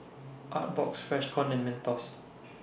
Artbox Freshkon and Mentos